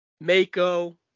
Mako